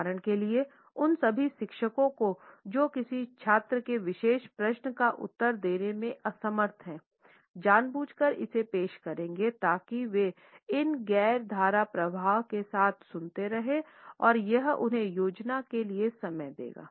उदाहरण के लिए उन सभी शिक्षकों को जो किसी छात्र के विशेष प्रश्न का उत्तर देने में असमर्थ हैं जानबूझकर इसे पेश करेंगे ताकि वे इन गैर धारा प्रवाह के साथ सुनते रहें और यह उन्हें योजना के लिए समय देगा